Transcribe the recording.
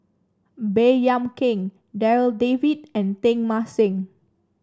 Baey Yam Keng Darryl David and Teng Mah Seng